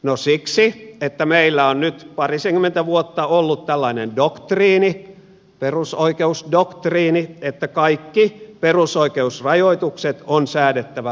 no siksi että meillä on nyt parisenkymmentä vuotta ollut tällainen doktriini perusoikeusdoktriini että kaikki perusoikeusrajoitukset on säädettävä laintasoisesti